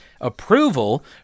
approval